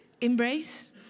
Embrace